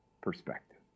perspective